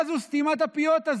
מה זו סתימת הפיות הזו?